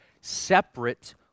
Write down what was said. separate